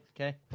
okay